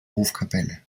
hofkapelle